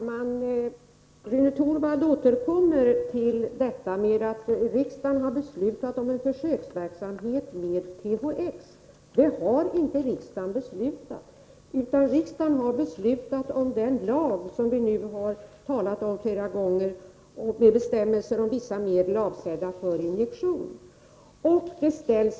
Herr talman! Rune Torwald upprepar att riksdagen har beslutat om en försöksverksamhet med THX. Det har inte riksdagen beslutat. Riksdagen har beslutat om en lag, som vi nu har talat om flera gånger, med bestämmelser om vissa medel avsedda för injektioner. Vissa minimikrav ställs.